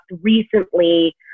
recently